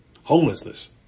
homelessness